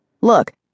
Look